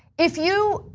if you,